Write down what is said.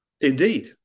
Indeed